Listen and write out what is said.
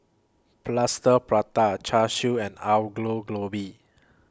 Plaster Prata Char Siu and Aloo Gobi